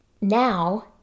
now